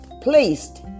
placed